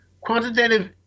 Quantitative